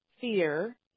fear